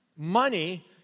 Money